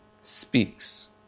speaks